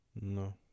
No